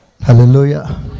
Hallelujah